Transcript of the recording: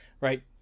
right